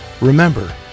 Remember